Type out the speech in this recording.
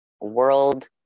World